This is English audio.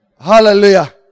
Hallelujah